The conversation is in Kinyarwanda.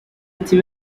ati